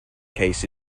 case